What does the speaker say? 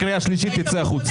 אין לך זכות לדבר.